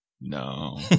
No